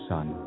Son